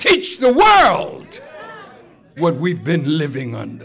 teach the world what we've been living on